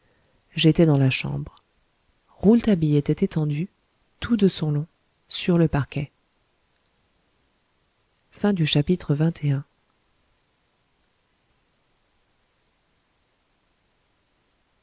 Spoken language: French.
j'étais dans la chambre rouletabille était étendu tout de son long sur le parquet